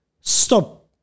stop